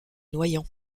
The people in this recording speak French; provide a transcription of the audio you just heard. noyant